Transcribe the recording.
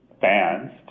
fans